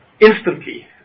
instantly